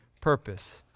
purpose